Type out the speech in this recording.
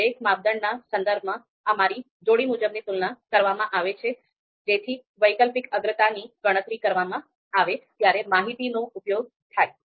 દરેક માપદંડના સંદર્ભમાં અમારી જોડી મુજબની તુલના કરવામાં આવે છે જેથી વૈકલ્પિક અગ્રતાની ગણતરી કરવામાં આવે ત્યારે માહિતીનો ઉપયોગ થાય